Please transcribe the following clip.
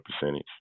percentage